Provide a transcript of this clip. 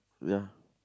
ya